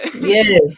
yes